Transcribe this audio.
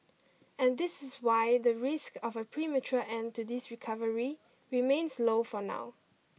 and this is why the risk of a premature end to this recovery remains low for now